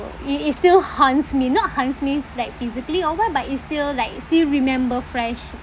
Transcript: it it still haunts me not haunts me like physically or what but it still like still remember fresh